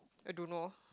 I don't know